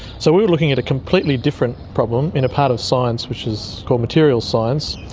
so we were looking at a completely different problem in a part of science which is called materials science,